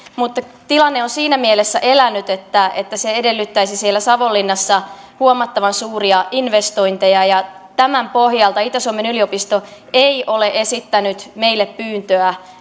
mutta tilanne on siinä mielessä elänyt että että se edellyttäisi siellä savonlinnassa huomattavan suuria investointeja ja tämän pohjalta itä suomen yliopisto ei ole esittänyt meille pyyntöä